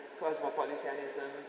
cosmopolitanism